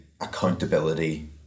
accountability